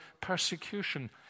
persecution